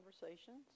conversations